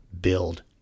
build